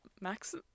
Max